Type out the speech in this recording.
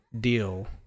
deal